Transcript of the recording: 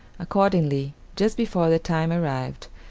accordingly, just before the time arrived,